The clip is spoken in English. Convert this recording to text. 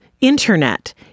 Internet